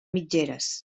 mitgeres